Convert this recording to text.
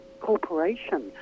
corporation